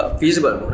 feasible